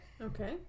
Okay